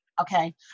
Okay